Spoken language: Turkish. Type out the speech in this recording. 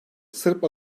sırp